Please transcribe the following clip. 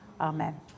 Amen